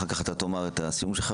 ואחר כך אתה תאמר את הסיום שלך,